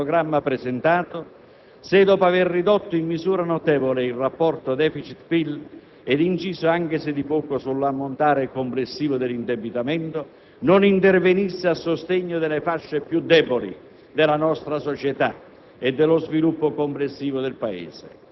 Il Governo non sarebbe né responsabile, né coerente con il programma presentato se, dopo aver ridotto in misura notevole il rapporto *deficit**-*PIL ed inciso, anche se di poco, sull'ammontare complessivo dell'indebitamento, non intervenisse a sostegno delle fasce più deboli